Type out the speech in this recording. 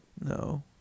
No